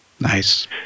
Nice